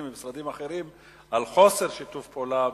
ממשרדים אחרים על חוסר שיתוף פעולה.